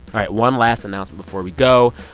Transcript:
right one last announcement before we go.